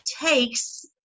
takes